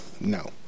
No